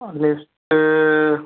list